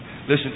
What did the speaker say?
Listen